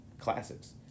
classics